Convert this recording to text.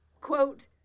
quote